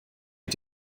mit